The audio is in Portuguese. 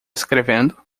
escrevendo